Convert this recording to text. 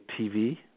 TV